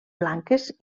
blanques